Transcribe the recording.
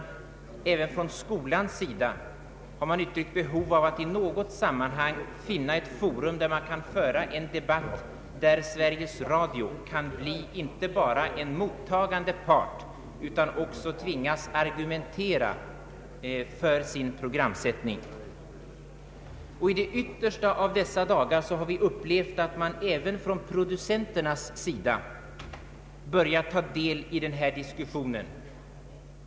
Från dessa och andra håll har uttryckts behov av att i något sammanhang finna ett forum, där man kan föra en debatt i vilken Sveriges Radio inte bara är en mottagande part utan också tvingas att argumentera för sin programsättning. I de yttersta av dessa dagar har vi upplevt att även producenterna börjat ta del i denna diskussion.